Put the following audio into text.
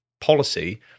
policy